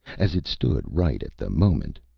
as it stood right at the moment,